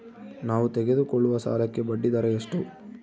ನಾವು ತೆಗೆದುಕೊಳ್ಳುವ ಸಾಲಕ್ಕೆ ಬಡ್ಡಿದರ ಎಷ್ಟು?